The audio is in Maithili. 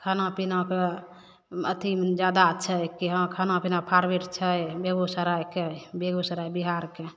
खाना पीनाके अथी जादा छै कि हँ खाना पीना फेवरेट छै बेगूसरायके बेगूसराय बिहारके